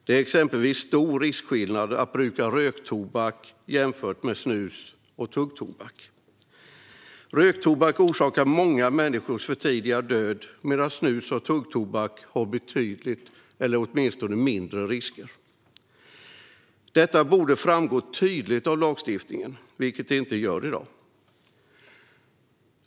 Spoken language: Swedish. Det är exempelvis stor skillnad i risk mellan att bruka röktobak eller snus och tuggtobak. Röktobak orsakar många människors för tidiga död medan snus och tuggtobak innebär betydligt mindre eller åtminstone mindre risker. Detta borde framgå tydligt i lagstiftningen, vilket det inte gör i dag.